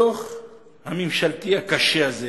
הדוח הממשלתי הקשה הזה